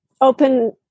open